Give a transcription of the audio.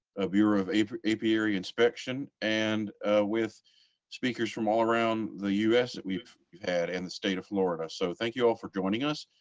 ah bureau of of apiary inspection and with speakers from all around the us that we've we've had and the state of florida. so thank you all for joining us.